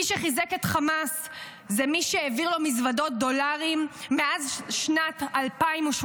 מי שחיזק את חמאס זה מי שהעביר לו מזוודות דולרים מאז שנת 2018,